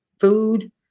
food